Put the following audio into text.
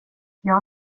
jag